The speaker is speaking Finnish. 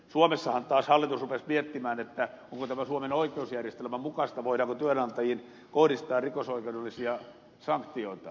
suomessahan taas hallitus rupesi miettimään onko tämä suomen oikeusjärjestelmän mukaista voidaanko työnantajiin kohdistaa rikosoikeudellisia sanktioita